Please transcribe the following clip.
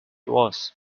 was